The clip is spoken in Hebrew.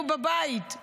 אני אומרת לכם עכשיו,